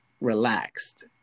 relaxed